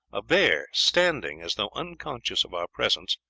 a bear standing, as though unconscious of our presence,